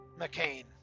mccain